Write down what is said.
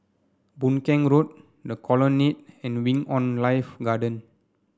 Boon Keng Road The Colonnade and Wing On Life Garden